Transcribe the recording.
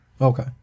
Okay